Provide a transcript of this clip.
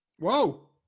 Whoa